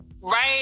right